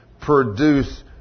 produce